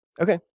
Okay